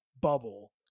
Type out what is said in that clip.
bubble